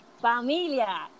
familia